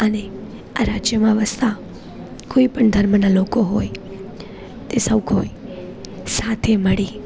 અને આ રાજ્યમાં વસતા કોઈપણ ધર્મના લોકો હોય એ સૌ કોઈ સાથે મળી